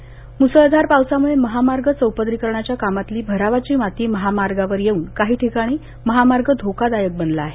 म़सळधार पावसाम़ळे महामार्ग चौपदरीकारणाच्या कामातली भरावाची माती महामार्गावर येऊन काही ठिकाणी महामार्ग धोकादायक बनला आहे